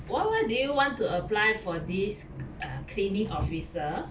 wha~ why do you want to apply for this err cleaning officer